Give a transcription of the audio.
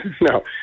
No